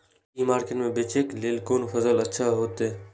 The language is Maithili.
ई मार्केट में बेचेक लेल कोन फसल अच्छा होयत?